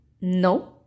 No